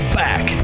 back